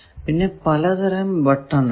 പിന്നെ പല തരം ബട്ടണുകൾ